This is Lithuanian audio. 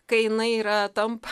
kai jinai yra tampa